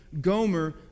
Gomer